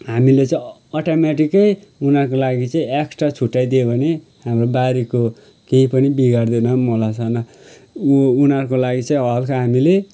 हामीले चाहिँ अटोमेटिकै उनीहरूको लागि चाहिँ एक्स्ट्रा छुट्याई दिए भने हाम्रो बारीको केही पनि बिगार्दैन पनि होला ऊ उनीहरूको लागि चाहिँ हलका हामीले